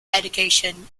education